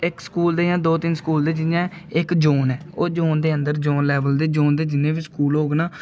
इक स्कूल दे जां दो तिन्न स्कूल दे जि'यां इक जोन ऐ ओह् जोन दे अन्दर जोन लेवल दे जोन दे जि'न्ने बी स्कूल होग ना